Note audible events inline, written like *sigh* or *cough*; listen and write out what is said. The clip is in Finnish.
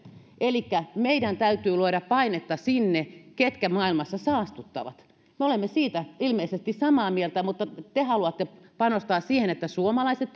elikkä meidän täytyy luoda painetta sinne ketkä maailmassa saastuttavat me olemme siitä ilmeisesti samaa mieltä mutta te haluatte panostaa siihen että suomalaiset *unintelligible*